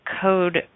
code